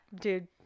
dude